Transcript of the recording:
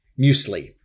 muesli